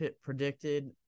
predicted